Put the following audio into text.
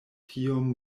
tiom